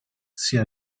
sia